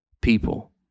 people